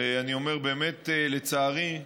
ואני אומר באמת לצערי,